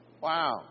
Wow